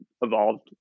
evolved